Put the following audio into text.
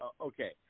okay